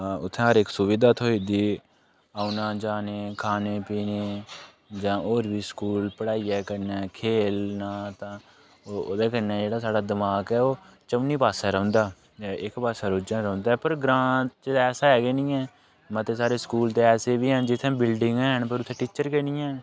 उ'त्थें हर इक सुविधा थ्होई दी औने जाने ई खाने पीने जां होर बी स्कूल पढ़ाइयै कन्नै खेल्लना तां ओह्दे कन्नै जेह्ड़ा साढ़ा दमाक ऐ ओह् चौनीं पासै रौह्ंदा इक पासै रुज्झा रौह्ंदा पर ग्रांऽ च ऐसा ऐ गै निं ऐ मते सारे स्कूल ते ऐसे बी हैन जि'त्थें बिल्डिंग ते हैन पर उ'त्थें टीचर गै निं हैन